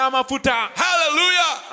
Hallelujah